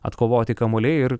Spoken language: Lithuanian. atkovoti kamuoliai ir